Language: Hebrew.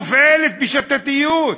מופעלת בשיטתיות.